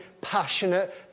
passionate